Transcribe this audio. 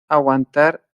aguantar